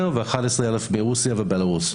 מאוקראינה ו-11,000 מרוסיה ובלרוס.